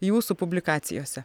jūsų publikacijose